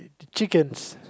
chickens